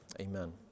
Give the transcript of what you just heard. amen